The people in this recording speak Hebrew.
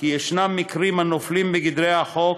שיש מקרים הנופלים בגדרי החוק